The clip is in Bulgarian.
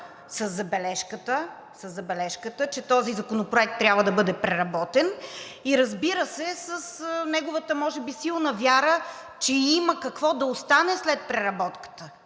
със забележката, че този законопроект трябва да бъде преработен и разбира се, с неговата може би силна вяра, че има какво да остане след преработката.